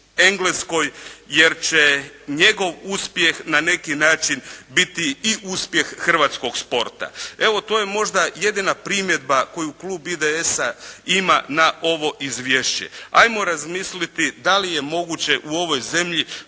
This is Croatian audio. Engleskoj jer će njegov uspjeh na neki način biti i uspjeh hrvatskog sporta. Evo to je možda jedina primjedba koju Klub IDS-a ima na ovo izvješće. Ajmo razmisliti da li je moguće u ovoj zemlji